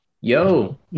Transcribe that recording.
Yo